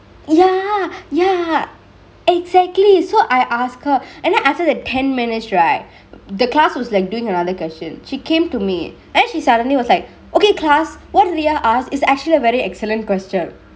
ya ya exactly so I ask her and then after the ten minutes right the class was like doingk another question she came to me and then she suddenly was like okay class what priya ask is actually a very excellent question